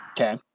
Okay